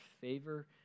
favor